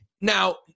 Now